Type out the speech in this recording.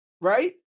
right